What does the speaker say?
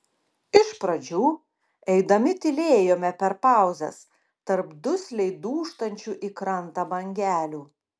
iš pradžių eidami tylėjome per pauzes tarp dusliai dūžtančių į krantą bangelių